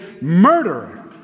murderer